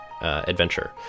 adventure